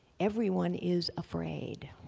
everyone is afraid.